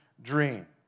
Dream